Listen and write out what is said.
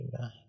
nine